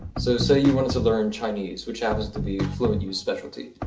so, say you wanted to learn chinese, which happens to be fluentu's specialty.